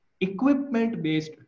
equipment-based